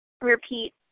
repeat